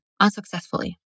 unsuccessfully